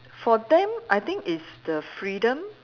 for them I think it's the freedom